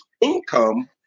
income